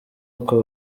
uko